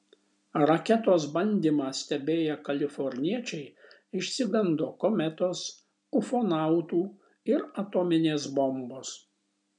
raketos bandymą stebėję kaliforniečiai išsigando kometos ufonautų ir atominės bombos